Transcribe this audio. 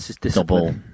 double